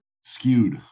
skewed